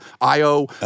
Io